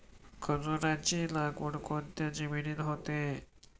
खजूराची लागवड कोणत्या जमिनीत होते?